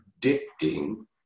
predicting